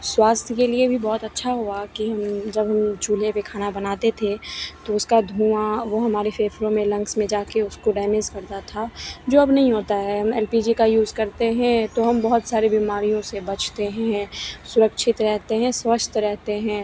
स्वास्थ्य के लिए भी बहुत अच्छा हुआ कि हम जब हम चूल्हे पर खाना बनाते थे तो उसका धुआँ वह हमारे फेफड़ों में लंग्स में जाकर उसको डैमेस करता था जो अब नहीं होता है हम एल पी जी का यूज़ करते हैं तो हम बहुत सारी बीमारियों से बचते हैं सुरक्षित रहते हैं स्वस्थ रहते हैं